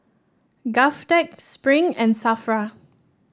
Govtech Spring and Safra